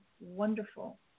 wonderful